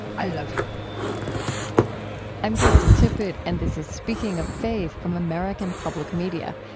i love you i'm krista tippett, and this is speaking of faith from american public media.